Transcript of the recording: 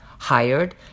hired